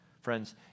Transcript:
Friends